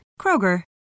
Kroger